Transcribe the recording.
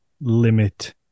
limit